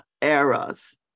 eras